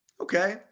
Okay